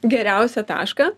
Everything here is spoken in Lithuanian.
geriausią tašką